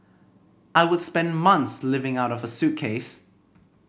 I would spend month living out of a suitcase